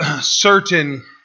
certain